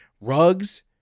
Rugs